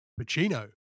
Pacino